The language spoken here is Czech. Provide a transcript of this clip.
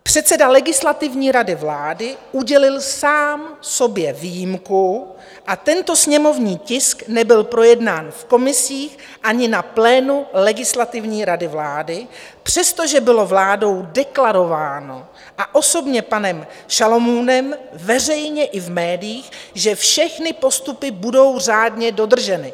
Předseda Legislativní rady vlády udělil sám sobě výjimku a tento sněmovní tisk nebyl projednán v komisích ani na plénu Legislativní rady vlády, přestože bylo vládou deklarováno a osobně panem Šalomounem veřejně i v médiích, že všechny postupy budou řádně dodrženy.